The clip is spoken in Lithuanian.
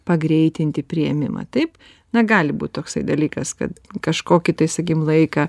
pagreitinti priėmimą taip na gali būt toksai dalykas kad kažkokį tai sakykim laiką